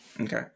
Okay